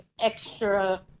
extra